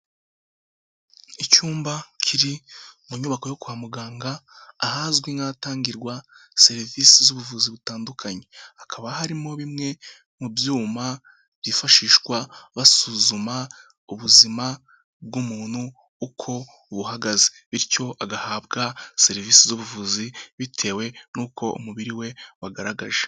Icyumba kiri mu nyubako yo kwa muganga ahazwi nk'atangirwa serivisi z'ubuvuzi butandukanye. Hakaba harimo bimwe mu byuma byifashishwa, basuzuma ubuzima bw'umuntu uko buhagaze. Bityo agahabwa serivisi z'ubuvuzi bitewe n'uko umubiri we wagaragaje.